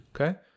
Okay